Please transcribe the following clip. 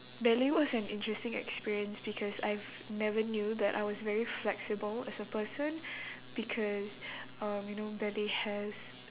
ballet was an interesting experience because I've never knew that I was very flexible as a person because um you know ballet has